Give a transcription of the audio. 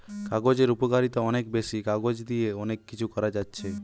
কাগজের উপকারিতা অনেক বেশি, কাগজ দিয়ে অনেক কিছু করা যাচ্ছে